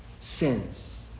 sins